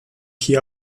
hier